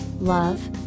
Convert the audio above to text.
love